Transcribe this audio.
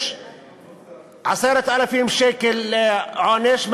יש 10,000 שקל עונש,